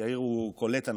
יאיר קולט אנשים,